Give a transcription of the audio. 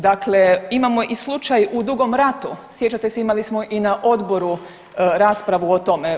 Dakle, imamo i slučaj u Dugom Ratu, sjećate se imali smo i na odboru raspravu o tome.